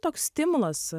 toks stimulas